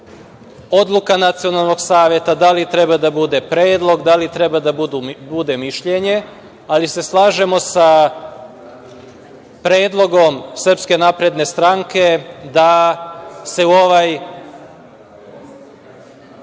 odluka Nacionalnog saveta, da li treba da bude predlog, da li treba da bude mišljenje, ali se slažemo sa predlogom SNS da se u ovaj